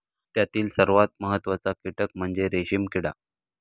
त्यातील सर्वात महत्त्वाचा कीटक म्हणजे रेशीम किडा